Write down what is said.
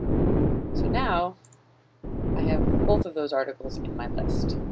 so now i have both of those articles in my list.